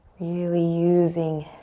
really using